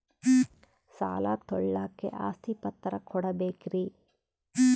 ಸಾಲ ತೋಳಕ್ಕೆ ಆಸ್ತಿ ಪತ್ರ ಕೊಡಬೇಕರಿ?